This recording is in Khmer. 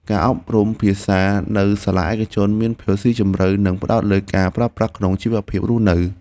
ការអប់រំភាសានៅសាលាឯកជនមានភាពស៊ីជម្រៅនិងផ្ដោតលើការប្រើប្រាស់ក្នុងជីវភាពរស់នៅ។